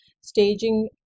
staging